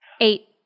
Eight